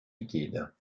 liquide